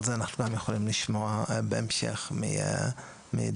זה אנחנו יכולים לשמוע בהמשך מידידי,